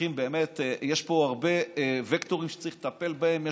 וצריכים באמת, יש פה הרבה וקטורים שצריך לטפל בהם.